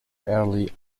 early